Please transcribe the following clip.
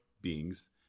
beings